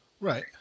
Right